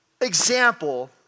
example